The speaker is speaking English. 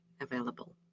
available